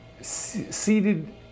seated